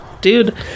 Dude